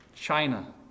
China